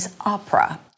opera